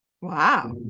wow